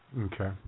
Okay